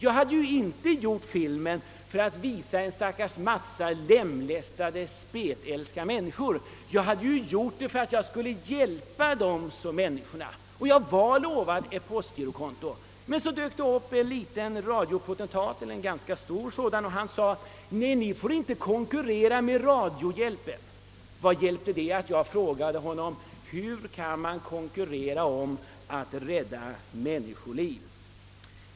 Jag hade ju inte gjort filmen för att visa stackars lemlästade spetälska människor, utan för att hjälpa dem. Så dök det upp en radiopotentat som sade att jag inte fick konkurrera med radiohjälpen. Vad hjälpte det att jag frågade honom, hur man kan konkurrera om att rädda människoliv?